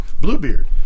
Bluebeard